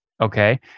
Okay